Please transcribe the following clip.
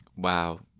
Wow